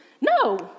no